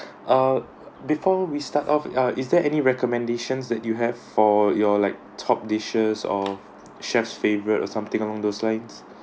ah before we start off uh is there any recommendations that you have for your like top dishes or chef's favorite or something along those lines